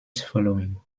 following